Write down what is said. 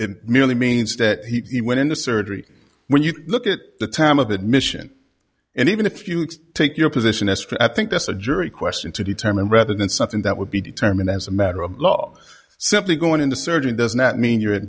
means that he went into surgery when you look at the time of admission and even if you take your position extra i think that's a jury question to determine rather than something that would be determined as a matter of law simply going into surgery does not mean you're